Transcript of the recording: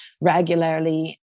regularly